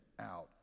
out